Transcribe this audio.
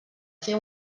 fer